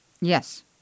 Yes